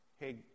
Hey